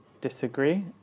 disagree